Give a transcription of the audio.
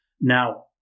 Now